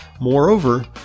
Moreover